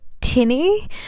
tinny